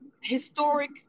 historic